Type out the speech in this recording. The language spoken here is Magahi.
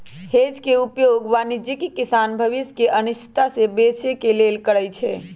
हेज के उपयोग वाणिज्यिक किसान भविष्य के अनिश्चितता से बचे के लेल करइ छै